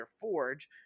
Forge